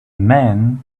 man